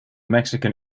mexican